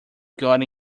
got